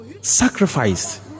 sacrifice